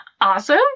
Awesome